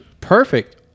perfect